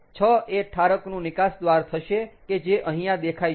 6 એ ઠારકનું નિકાસ દ્વાર થશે કે જે અહીંયા દેખાય છે